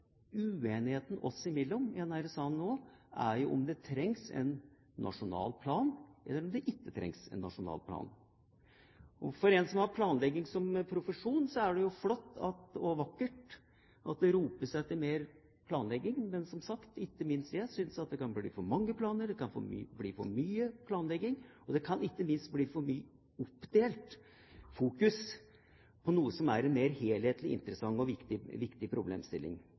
uenigheten oss imellom i denne salen nå er jo om det trengs en nasjonal plan, eller om det ikke trengs en nasjonal plan. For en som har planlegging som profesjon, er det jo flott og vakkert at det ropes etter mer planlegging. Men, som sagt, ikke minst jeg synes at det kan bli for mange planer, det kan bli for mye planlegging, og det kan ikke minst bli for mye oppdelt fokus på noe som er en mer helhetlig interessant og viktig problemstilling.